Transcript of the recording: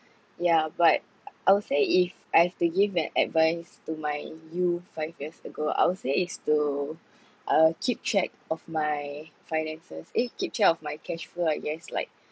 yeah but I will say if I have to give an advice to my youth five years ago I would say is to uh keep track of my finances eh keep track my cash flow I guess like